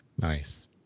Nice